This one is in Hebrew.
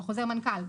בחוזר מנכ"ל.